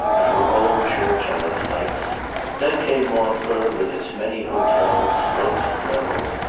and her old church on its heights then came montreux with its many-hotelled slopes and levels,